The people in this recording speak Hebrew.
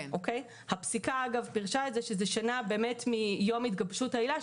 הפסיקה פירשה שזה שנה מיום התגבשות העילה,